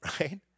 right